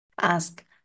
Ask